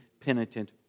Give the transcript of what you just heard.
penitent